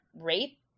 rape